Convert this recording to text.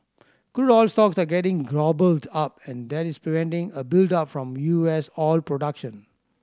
crude oil stocks are getting gobbled up and that is preventing a build up from U S oil production